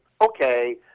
okay—